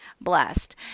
blessed